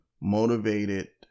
motivated